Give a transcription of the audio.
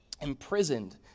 imprisoned